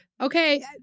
okay